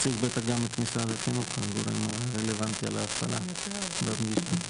אני אעביר את הפנייה.